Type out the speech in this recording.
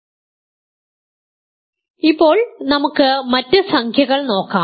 അതിനാൽ ഇപ്പോൾ നമുക്ക് മറ്റ് സംഖ്യകൾ നോക്കാം